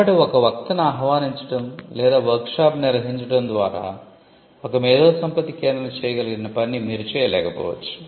కాబట్టి ఒక వక్తను ఆహ్వానించడం లేదా వర్క్ షాప్ నిర్వహించడం ద్వారా ఒక మేధోసంపత్తి కేంద్రం చేయగలిగిన పని మీరు చేయలేక పోవచ్చు